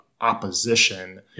opposition